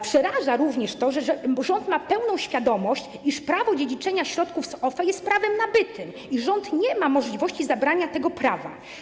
Przeraża również to, że rząd ma pełną świadomość, iż prawo dziedziczenia środków z OFE jest prawem nabytym i rząd nie ma możliwości zabrania tego prawa.